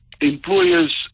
employers